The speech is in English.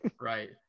Right